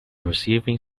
receiving